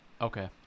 Okay